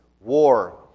war